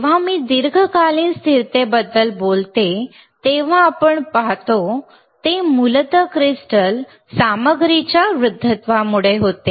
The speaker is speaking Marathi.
जेव्हा मी दीर्घकालीन स्थिरतेबद्दल बोलतो तेव्हा आपण जे पाहतो ते मूलतः क्रिस्टल सामग्रीच्या वृद्धत्वामुळे होते